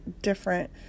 different